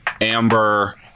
amber